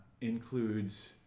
includes